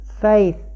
faith